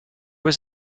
was